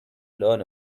learn